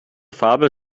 fabel